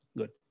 good